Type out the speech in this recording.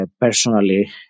personally